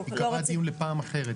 וייקבע דיון לפעם אחרת.